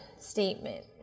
statement